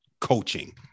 coaching